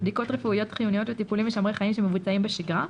בדיקות רפואיות חיוניות וטיפולים משמרי חיים שמבוצעים בשגרה,